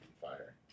Fire